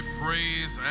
praise